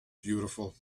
beautiful